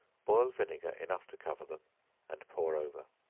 boil vinegar enough to cover them and pour over,